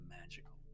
magical